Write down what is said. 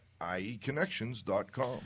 ieconnections.com